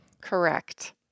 Correct